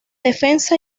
defensa